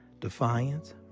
defiance